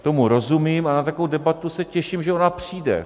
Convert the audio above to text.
Tomu rozumím a na takovou debatu se těším, že ona přijde.